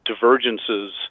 divergences